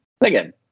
Again